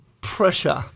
pressure